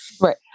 Right